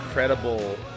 incredible